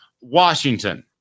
Washington